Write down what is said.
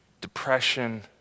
depression